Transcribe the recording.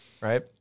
Right